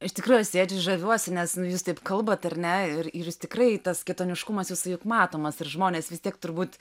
iš tikrųjų sėdžiu ir žaviuosi nes nu jūs taip kalbat ar ne ir ir jis tikrai tas kitoniškumas jisai juk matomas ir žmonės vis tiek turbūt